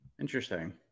Interesting